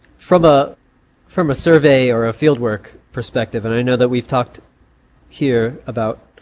from ah from a survey or a fieldwork perspective, and i know that we've talked here about